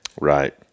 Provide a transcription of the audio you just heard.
Right